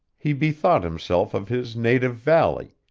he bethought himself of his native valley,